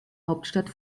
hauptstadt